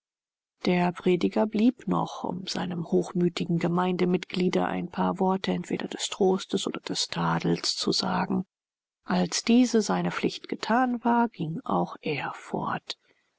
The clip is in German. der prediger blieb noch um seinem hochmütigen gemeindemitgliede ein paar worte entweder des trostes oder des tadels zu sagen als diese seine pflicht gethan war ging auch er